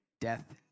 death